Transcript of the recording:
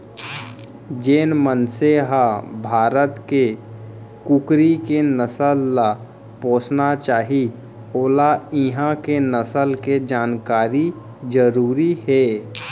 जेन मनसे ह भारत के कुकरी के नसल ल पोसना चाही वोला इहॉं के नसल के जानकारी जरूरी हे